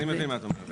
אני מבין מה את אומרת.